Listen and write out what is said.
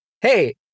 Hey